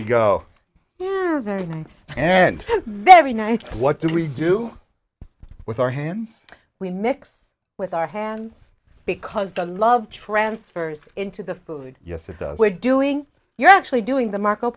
you go very nice and very nice what do we do with our hands we mix with our hands because the love transfers into the food yes it does we're doing you're actually doing the marco